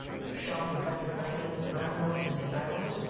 and the sharp and rapid rattling of the ramrods in their barrels,